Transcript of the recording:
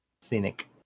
scenic